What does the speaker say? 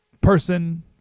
person